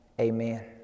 amen